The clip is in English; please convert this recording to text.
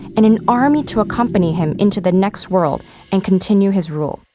and an army to accompany him into the next world and continue his rule.